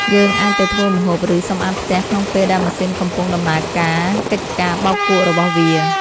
យើងអាចទៅធ្វើម្ហូប ឬសម្អាតផ្ទះក្នុងពេលដែលម៉ាស៊ីនកំពុងដំណើរការកិច្ចការបោកគក់របស់វា។